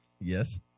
Yes